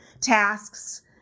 tasks